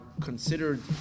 considered